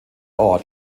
ort